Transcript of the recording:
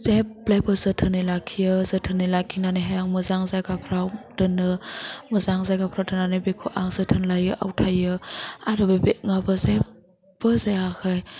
जेब्लायबो जोथोनै लाखियो जोथोनै लाखिनानैहाय आं मोजां जायगाफ्राव दोननो मोजां जागाफ्राव दोननानै बेखौ आं जोथोन लायो आवथायो आरो बे बेगाबो जेबबो जायाखै